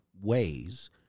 ways